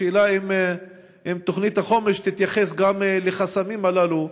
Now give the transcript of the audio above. השאלה אם תוכנית החומש תתייחס גם לחסמים הללו.